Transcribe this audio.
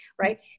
Right